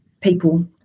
people